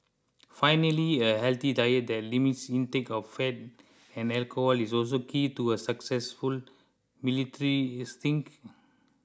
finally a healthy diet that limits intake of fat and alcohol is also key to a successful military stint